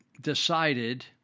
decided